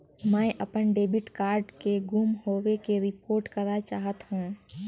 मैं अपन debit card के गुम होवे के रिपोर्ट करा चाहत हों